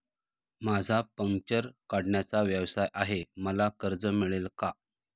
माझा पंक्चर काढण्याचा व्यवसाय आहे मला कर्ज मिळेल का?